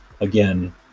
again